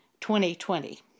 2020